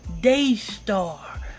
Daystar